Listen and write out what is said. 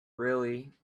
really